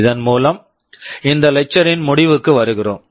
இதன் மூலம் இந்த லெக்ச்சர் lecture ன் முடிவுக்கு வருகிறோம்